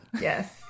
Yes